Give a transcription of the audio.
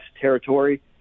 territory